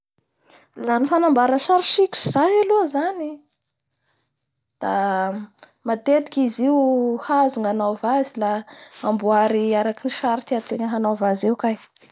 La ny fanamboara sary sikotsy zay zany da matetiky izy io da hazo gnanaovy azy la amboary araky ny sary tiategna hanaova azy eo kay.